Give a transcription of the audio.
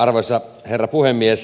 arvoisa herra puhemies